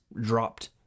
dropped